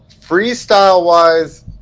freestyle-wise